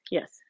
Yes